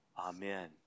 Amen